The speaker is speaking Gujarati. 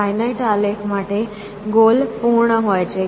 ફાઈનાઈટ આલેખ માટે ગોલ પૂર્ણ હોય છે